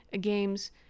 game's